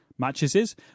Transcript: Matches